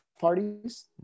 parties